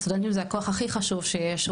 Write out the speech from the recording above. סטודנטים זה הכוח הכי חשוב שיש,